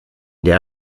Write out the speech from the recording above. der